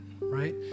right